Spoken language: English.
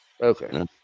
Okay